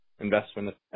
investment